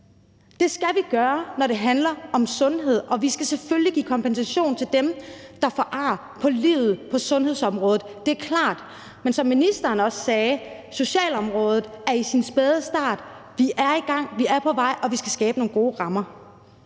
Det skal vi gøre, når det handler om sundhed, og vi skal selvfølgelig give kompensation til dem, der får ar for livet på sundhedsområdet – det er klart. Men som ministeren også sagde: Socialområdet er i sin spæde start. Vi er i gang, vi er på vej, og vi skal skabe nogle gode rammer.